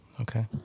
okay